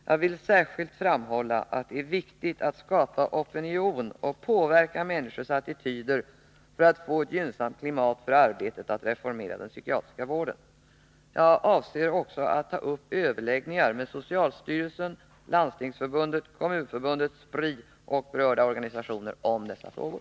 Jag vill särskilt framhålla att det är viktigt att skapa opinion och påverka människors attityder för att man skall få ett gynnsamt klimat för arbetet att reformera den psykiatriska vården. Jag avser att ta upp överläggningar med socialstyrelsen, Landstingsförbundet, Kommunförbundet, Spri och berörda organisationer om dessa frågor.